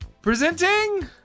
Presenting